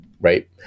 right